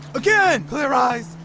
again. clear eyes.